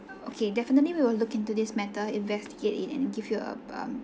okay definitely we will look into this matter investigate it and give you a um